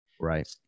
Right